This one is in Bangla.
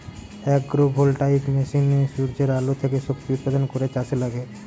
আগ্রো ভোল্টাইক মেশিনে সূর্যের আলো থেকে শক্তি উৎপাদন করে চাষে লাগে